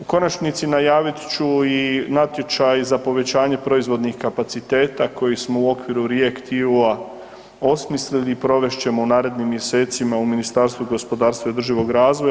U konačnici, najavit ću i natječaj za povećanje proizvodnih kapaciteta koji smo u okviru REACT-EU-a osmislili i provest ćemo u narednim mjesecima u Ministarstvu gospodarstva i održivoga razvoja.